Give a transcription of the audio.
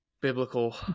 biblical